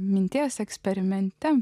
minties eksperimente